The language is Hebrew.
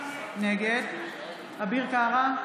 נגד אביר קארה,